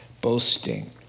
boasting